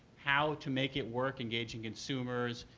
how to make it work engaging consumers,